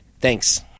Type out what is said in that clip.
Thanks